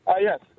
Yes